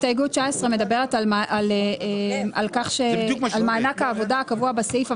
הסתייגות 19 מדברת על מענק העבודה הקבוע בסעיף,